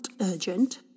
urgent